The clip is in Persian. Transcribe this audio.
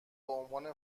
بعنوان